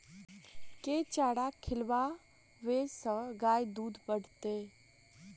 केँ चारा खिलाबै सँ गाय दुध बढ़तै?